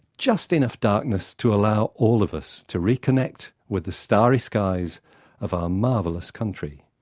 just enough darkness to allow all of us to reconnect with the starry skies of our marvellous country.